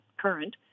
current